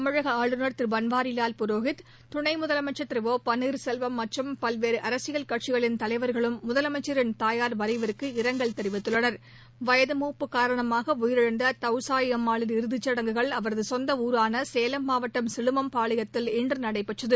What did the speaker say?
தமிழக ஆளுநர் திரு பன்வாரிலால் புரோஹித் துணை முதலமைச்சா் திரு ஓ பன்னீர்செல்வம் மற்றும் பல்வேறு அரசியல் கட்சிகளின் தலைவாகளும் முதலமைச்சின் தயாா் மறைவுக்கு இரங்கல் தெரிவித்துள்ளனர் வயது மூப்பு காரணமாக உயிரிழந்த தவுசாயம்மாளின் இறுதிச் சடங்குகள் அவரது சொந்த ஊரான சேலம் மாவட்டம் சிலுவம்பாளையத்தில் இன்று நடைபெற்றது